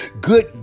good